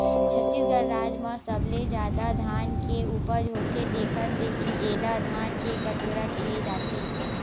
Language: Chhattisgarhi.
छत्तीसगढ़ राज म सबले जादा धान के उपज होथे तेखर सेती एला धान के कटोरा केहे जाथे